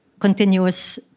continuous